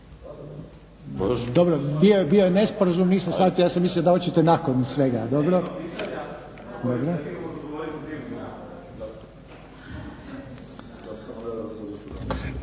Dobro, bio je nesporazum. Nisam shvatio. Ja sam mislio da hoćete nakon svega. Dobro.